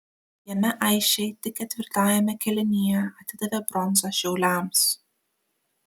jame aisčiai tik ketvirtajame kėlinyje atidavė bronzą šiauliams